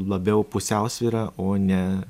labiau pusiausvyra o ne